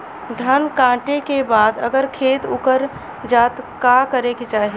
धान कांटेके बाद अगर खेत उकर जात का करे के चाही?